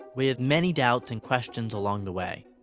with many doubts and questions along the way.